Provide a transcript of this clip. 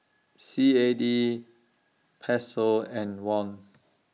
C A D Peso and Won